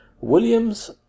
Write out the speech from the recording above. Williams